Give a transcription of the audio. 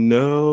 no